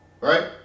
Right